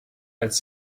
als